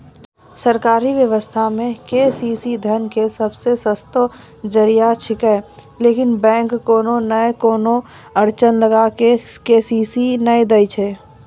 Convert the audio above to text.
सरकारी व्यवस्था मे के.सी.सी धन के सबसे सस्तो जरिया छिकैय लेकिन बैंक कोनो नैय कोनो अड़चन लगा के के.सी.सी नैय दैय छैय?